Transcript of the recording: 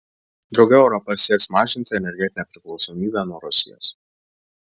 drauge europa sieks mažinti energetinę priklausomybę nuo rusijos